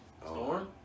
Storm